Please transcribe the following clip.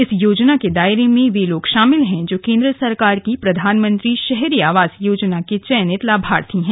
इस योजना के दायरे में वह लोग शामिल है जो केंद्र सरकार की प्रधानमंत्री शहरी आवास योजना के चयनित लाभार्थी है